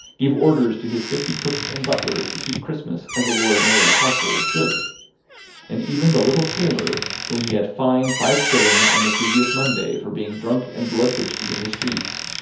gave orders to his fifty cooks and butlers to keep christmas as a lord mayor's household should and even the little tailor, whom he had fined five shillings on the previous monday for being drunk and bloodthirsty in the streets,